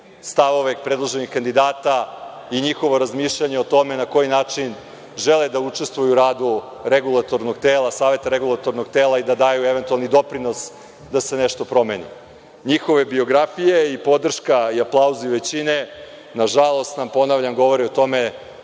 stavove predloženih kandidata i njihova razmišljanja o tome na koji način žele da učestvuju u radu regulatornog tela, Saveta regulatornog tela i da daju doprinos da se nešto promeni. Njihove biografije i podrška aplauzom većine nažalost nam, ponavljam, govori o tome